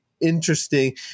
interesting